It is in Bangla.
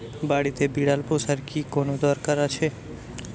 বাড়িতে বিড়াল পোষার কি কোন দরকার আছে?